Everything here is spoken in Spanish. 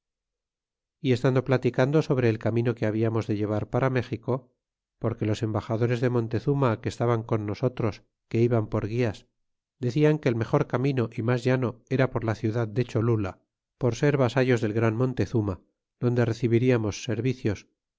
y estando platicando sobre el camino que habiamos de llevar para méxico porque los embaxadores de nontezuma que estaban con nosotros que iban por gulas decian que el mejor camino y mas llano era por la ciudad de cholula por ser vasallos del gran montezuma donde recibiriamos servicios